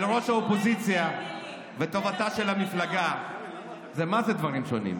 של ראש האופוזיציה וטובתה של המפלגה זה מה זה דברים שונים,